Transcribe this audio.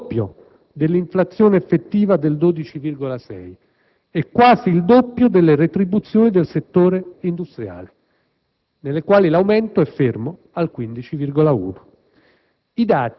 il doppio dell'inflazione effettiva del 12,6 e quasi il doppio delle retribuzioni del settore industriale nelle quali l'aumento è fermo al 15,1.